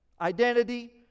identity